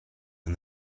and